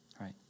right